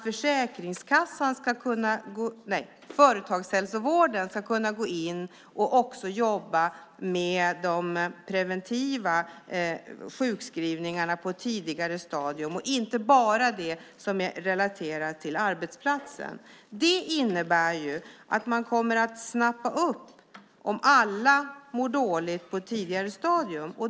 Företagshälsovården ska också kunna gå in och jobba med de preventiva sjukskrivningarna på ett tidigare stadium och inte bara de sjukskrivningar som är relaterade till arbetsplatsen. Det innebär att man kommer att snappa upp alla som mår dåligt på ett tidigare stadium.